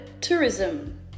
tourism